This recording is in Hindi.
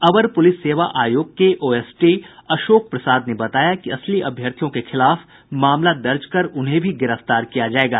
अवर पुलिस सेवा आयोग के ओएसडी अशोक प्रसाद ने बताया कि असली अभ्यर्थियों के खिलाफ मामला दर्ज कर उन्हें भी गिरफ्तार किया जायेगा